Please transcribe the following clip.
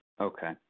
Okay